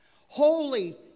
holy